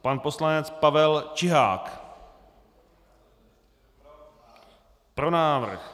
Pan poslanec Pavel Čihák: Pro návrh.